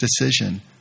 decision